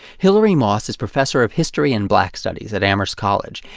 hilary moss is professor of history and black studies at amherst college,